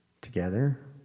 together